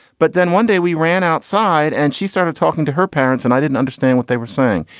but then one day we ran outside and she started talking to her parents. and i didn't understand what they were saying.